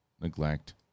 neglect